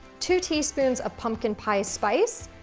two teaspoons of pumpkin pie spice,